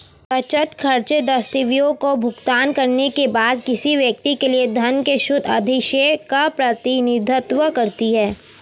बचत, खर्चों, दायित्वों का भुगतान करने के बाद किसी व्यक्ति के लिए धन के शुद्ध अधिशेष का प्रतिनिधित्व करती है